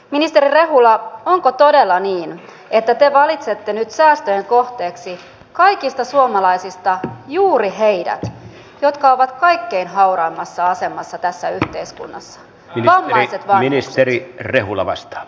ministeri rehula onko todella niin että te valitsette nyt säästöjen kohteeksi kaikista suomalaisista juuri heidät jotka ovat kaikkein hauraimmassa asemassa tässä yhteiskunnassa vammaiset vanhukset